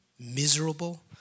Miserable